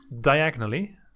diagonally